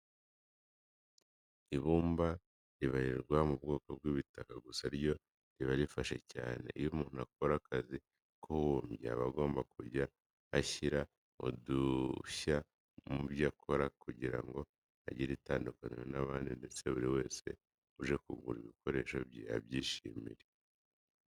Ibumba ribarirwa mu bwoko bw'ibitaka gusa ryo riba rifashe cyane. Iyo umuntu akora akazi k'ububumbyi aba agomba kujya ashyira udushya mu byo akora kugira ngo agire itandukaniro n'abandi ndetse buri wese uje kugura ibikoresho bye abyishimire.